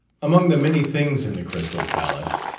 among the many things in the crystal palace,